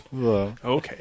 Okay